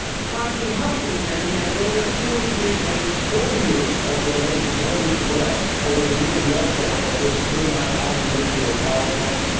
sparking health concerns that linger forty years later forty years after the nation held its breath over the near meltdown of this three mile island and nuclear power plant,